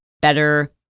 better